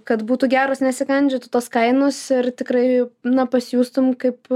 kad būtų geros nesikandžiotų tos kainos ir tikrai na pasijustum kaip